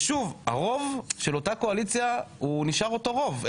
ושוב הרוב של אותה קואליציה הוא נשאר אותו רוב,